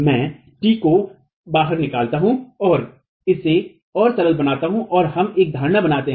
मैं t को बाहर निकालता हूं और इसे और सरल बनाता हूं और हम एक धारणा बनाते हैं